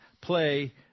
play